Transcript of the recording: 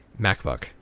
MacBook